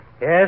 Yes